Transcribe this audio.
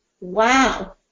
Wow